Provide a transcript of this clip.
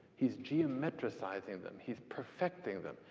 he's geometricizing them. he's perfecting them.